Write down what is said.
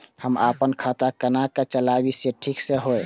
हम अपन खाता केना चलाबी जे ठीक होय?